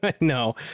No